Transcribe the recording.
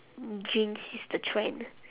jinx is the trend